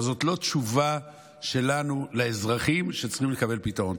אבל זאת לא התשובה שלנו לאזרחים שצריכים לקבל פתרון.